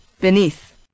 BENEATH